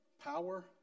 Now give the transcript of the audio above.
power